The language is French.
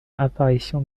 apparition